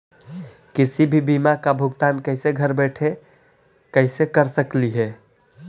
किसी भी बीमा का भुगतान कैसे घर बैठे कैसे कर स्कली ही?